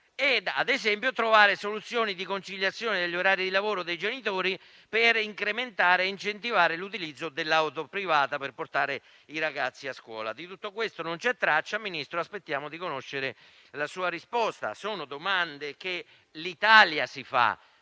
sicurezza e trovare soluzioni di conciliazione degli orari di lavoro dei genitori per incentivare l'utilizzo dell'auto privata per portare i ragazzi a scuola. Di tutto questo non c'è traccia, Ministro, aspettiamo di conoscere la sua risposta. Sono domande che si